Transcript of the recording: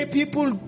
people